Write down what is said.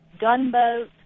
Gunboat